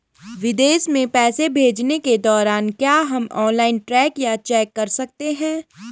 विदेश में पैसे भेजने के दौरान क्या हम ऑनलाइन ट्रैक या चेक कर सकते हैं?